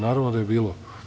Naravno da je bilo.